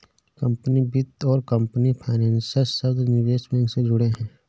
company वित्त और company financer शब्द निवेश बैंक से जुड़े हैं